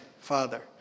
father